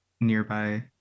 nearby